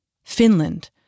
Finland